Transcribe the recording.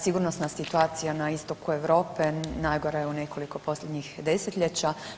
Sigurnosna situacija na istoku Europe, najgora je u nekoliko posljednjih desetljeća.